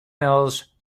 mills